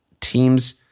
teams